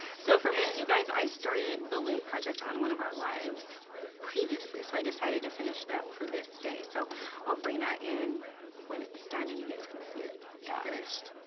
so, for me, you guys, i started the loom project on one of our lives previously so i decided to finish it up for this day, so i'll bring that in when it's done and you guys can see it yeah finished,